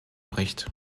bericht